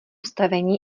stavení